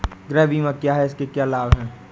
गृह बीमा क्या है इसके क्या लाभ हैं?